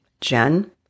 Jen